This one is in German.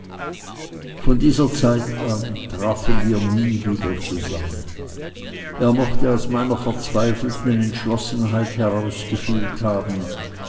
von dieser zeit an trafen wir nie wieder zusammen er mochte aus meiner verzweifelten entschlossenheit herausgefühlt haben